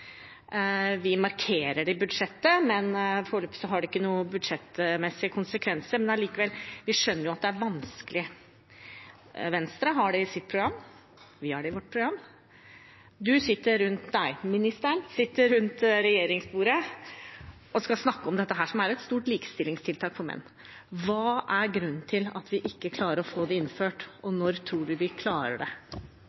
Vi markerer det i budsjettet, men foreløpig har det ikke noen budsjettmessige konsekvenser. Likevel: Vi skjønner at det er vanskelig – Venstre har det i sitt program, vi har det i vårt program. Ministeren sitter rundt regjeringsbordet og skal snakke om dette som er et stort likestillingstiltak for menn. Hva er grunnen til at vi ikke klarer å få det innført, og